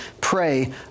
pray